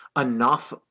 enough